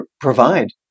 provide